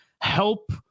help